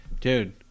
Dude